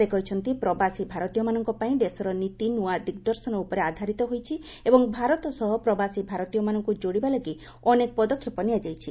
ସେ କହିଛନ୍ତି ପ୍ରବାସୀ ଭାରତୀୟମାନଙ୍କ ପାଇଁ ଦେଶର ନୀତି ନୂଆ ଦିଗ୍ଦର୍ଶନ ଉପରେ ଆଧାରିତ ହୋଇଛି ଏବଂ ଭାରତ ସହ ପ୍ରବାସୀ ଭାରତୀୟମାନଙ୍କୁ ଯୋଡ଼ିବା ଲାଗି ଅନେକ ପଦକ୍ଷେପ ନିଆଯାଇଛି